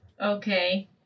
Okay